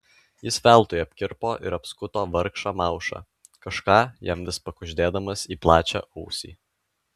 jis veltui apkirpo ir apskuto vargšą maušą kažką jam vis pakuždėdamas į plačią ausį